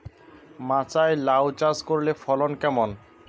মাচায় লাউ চাষ করলে ফলন কেমন?